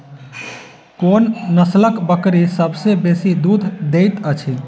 कोन नसलक बकरी सबसँ बेसी दूध देइत अछि?